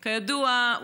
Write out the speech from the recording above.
כידוע,